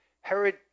Herod